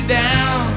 down